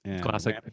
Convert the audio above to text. classic